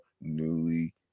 Newly